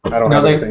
i don't have